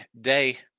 day